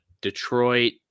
Detroit